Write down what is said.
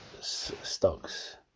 stocks